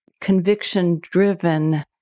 conviction-driven